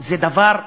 זה דבר,